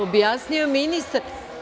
Objasnio je ministar.